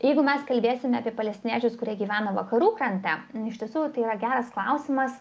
jeigu mes kalbėsime apie palestiniečius kurie gyvena vakarų krante iš tiesų tai yra geras klausimas